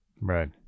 Right